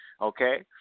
Okay